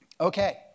Okay